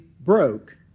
broke